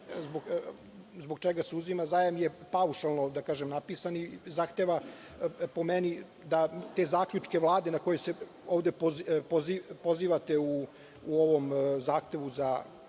zbog čega se uzima zajam je paušalno napisan i zahteva po meni da te zaključke Vlade na kojoj se ovde pozivate ovom zahtevu za